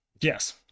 yes